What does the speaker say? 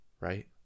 right